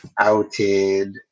outed